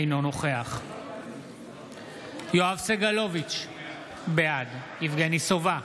אינו נוכח יואב סגלוביץ' בעד יבגני סובה,